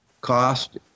cost